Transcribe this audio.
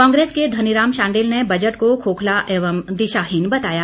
कांग्रेस के धनी राम भाांडिल ने बजट को खोखला एवं दिराहीन बताया